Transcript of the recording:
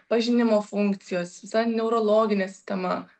pažinimo funkcijos visa neurologinė sistema